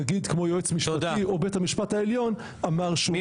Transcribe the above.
נגיד כמו יועץ משפטי או בית המשפט העליון אמר שהוא --- תודה.